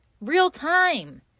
Real-time